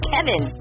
Kevin